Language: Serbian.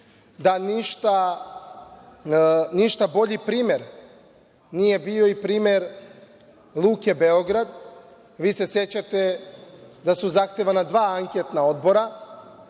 da ništa bolji primer nije bio i primer Luke Beograd. Vi se sećate da su zahtevana dva anketna odbora.